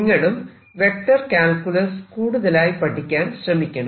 നിങ്ങളും vector calculus കൂടുതലായി പഠിക്കാൻ ശ്രമിക്കണം